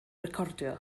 recordio